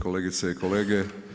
Kolegice i kolege.